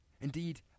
Indeed